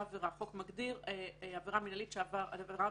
החוק מגדיר '"עבירה מינהלית חוזרת"